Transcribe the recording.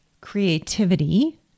creativity